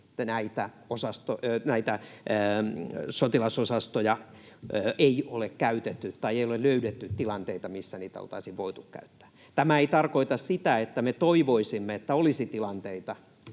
miksi näitä sotilasosastoja ei ole käytetty tai ei ole löydetty tilanteita, missä niitä oltaisiin voitu käyttää. Tämä ei tarkoita sitä, että me toivoisimme, että olisi tilanteita,